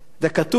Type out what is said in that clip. ככתוב,